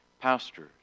pastors